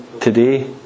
today